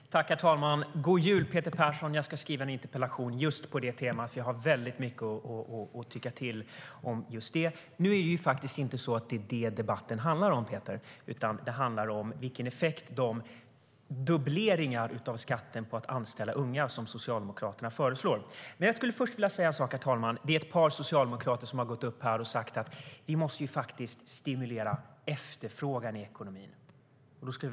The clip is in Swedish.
STYLEREF Kantrubrik \* MERGEFORMAT Svar på interpellationerHerr talman! Ett par socialdemokrater har gått upp och sagt att efterfrågan i ekonomin måste stimuleras.